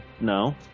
No